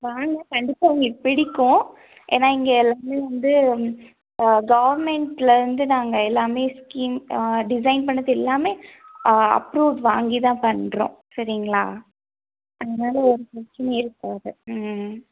வாங்க கண்டிப்பாக உங்களுக்கு பிடிக்கும் ஏன்னால் இங்கே எல்லாமே வந்து கவர்மெண்டில் வந்து நாங்கள் எல்லாமே ஸ்கீம் டிசைன் பண்ணிணது எல்லாமே அப்ரூவ்ட் வாங்கி தான் பண்ணுறோம் சரிங்களா அதனால ஒரு பிரச்சினையும் இருக்காது ம்